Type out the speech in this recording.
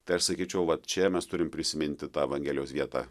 tai aš sakyčiau va čia mes turim prisiminti tą evangelijos vietą